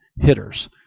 hitters